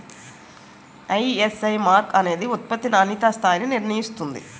ISI mark అనేది ఉత్పత్తి నాణ్యతా స్థాయిని నిర్ణయిస్తుంది